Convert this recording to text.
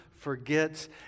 forgets